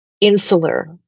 insular